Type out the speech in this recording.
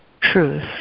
truth